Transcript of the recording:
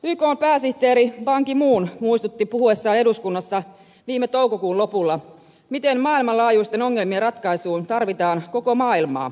ykn pääsihteeri ban ki moon muistutti puhuessaan eduskunnassa viime toukokuun lopulla miten maailmanlaajuisten ongelmien ratkaisuun tarvitaan koko maailmaa